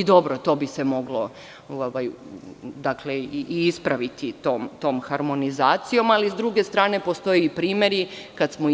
Dobro, to bi se moglo ispraviti tom harmonizacijom, ali s druge strane postoje primeri kada smo